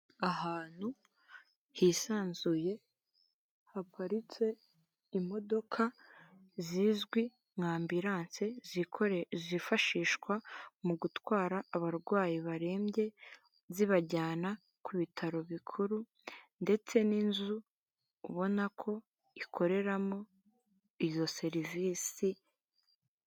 Ahantu hisanzuye haparitse imodoka zizwi nka ambilance zifashishwa mu gutwara abarwayi barembye zibajyana ku bitaro bikuru ndetse n'inzu ubona ko ikoreramo izo serivisi.